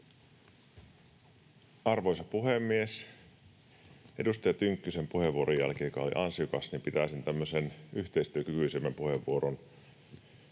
Arvoisa puhemies! Edustaja Tynkkysen puheenvuoron jälkeen, joka oli ansiokas, pitäisin tämmöisen yhteistyökykyisemmän puheenvuoron.